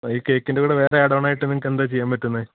ഈ കേക്കിന്റെ കൂടെ വേറെ ആഡ് ഓൺ ആയിട്ട് നിങ്ങള്ക്ക് എന്താണു ചെയ്യാൻ പറ്റുന്നെ